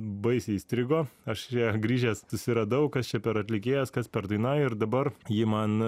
baisiai įstrigo aš ją grįžęs susiradau kas čia per atlikėjas kas per daina ir dabar ji man